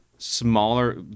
Smaller